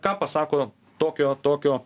ką pasako tokio tokio